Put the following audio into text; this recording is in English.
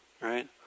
right